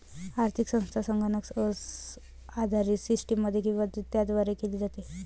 आर्थिक संस्था संगणक आधारित सिस्टममध्ये किंवा त्याद्वारे केली जाते